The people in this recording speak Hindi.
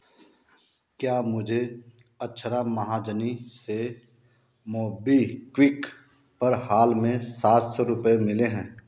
क्या मुझे अक्षरा महाजनी से मोबीक्विक पर हाल में सात सौ रुपये मिले हैं